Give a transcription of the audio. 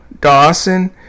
dawson